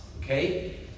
Okay